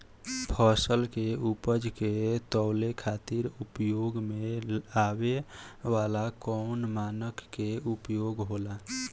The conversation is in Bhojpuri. फसल के उपज के तौले खातिर उपयोग में आवे वाला कौन मानक के उपयोग होला?